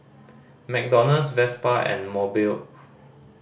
McDonald's Vespa and Mobike